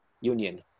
union